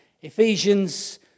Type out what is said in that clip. Ephesians